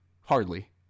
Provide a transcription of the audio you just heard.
Hardly